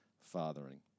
fathering